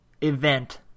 event